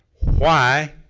why.